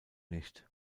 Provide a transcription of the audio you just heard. nicht